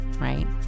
right